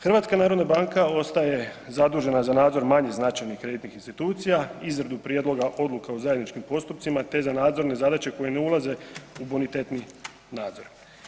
Hrvatska narodna banka ostaje zadužena za nadzor manje značajnih kreditnih institucija, izradu prijedloga odluka o zajedničkim postupcima te za nadzorne zadaće koje ne ulaze u bonitetni nadzor.